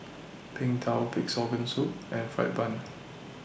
Png Tao Pig'S Organ Soup and Fried Bun